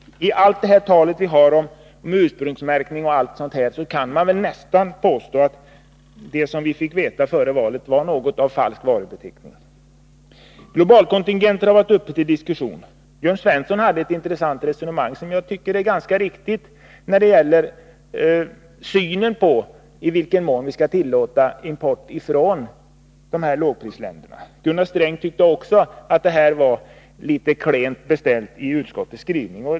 Efter allt tal om ursprungsmärkning kan man nästan påstå att det vi fick veta före valet var något av falsk varubeteckning. Globalkontingenterna har varit uppe till diskussion. Jörn Svensson förde ett intressant resonemang, som jag tycker är ganska riktigt när det gäller synen på i vilken mån vi skall tillåta import från lågprisländerna. Även Gunnar Sträng tyckte att det i detta avseende var litet klent beställt i utskottets skrivning.